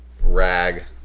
rag